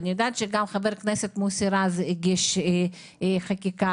אני יודעת שגם חבר הכנסת מוסי רז הגיש חקיקה בנושא.